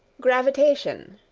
gravitation,